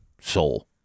soul